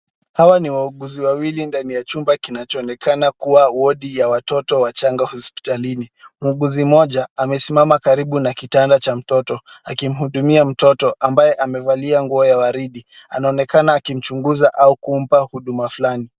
Hawa ni wauguzi wawili ndani ya chumba kinachoonekana kuwa wodi ya watoto wachanga hospitalini, muguzi moja amesimama karibu na kitanda cha mtoto, akimhudumia mtoto ambaye amevalia nguo ya waridi, anaonekana akimchunguza au kumpa huduma fulani.